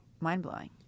mind-blowing